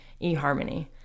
eHarmony